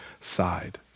side